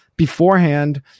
Beforehand